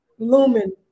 Lumen